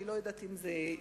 אני לא יודעת אם זה ישנה,